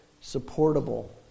supportable